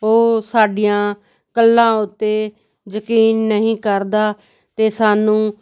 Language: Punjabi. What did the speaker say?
ਉਹ ਸਾਡੀਆਂ ਗੱਲਾਂ ਉੱਤੇ ਯਕੀਨ ਨਹੀਂ ਕਰਦਾ ਅਤੇ ਸਾਨੂੰ